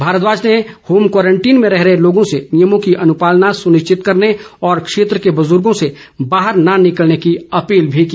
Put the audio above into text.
भारद्वाज ने home quarantine में रह रहे लोगों से नियमों की अनुपालना सुनिश्चित करने और क्षेत्र के बुजुर्गों से बाहर न निकलने की अपील भी की